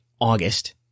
August